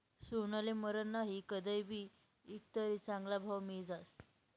सोनाले मरन नही, कदय भी ईकं तरी चांगला भाव मियी जास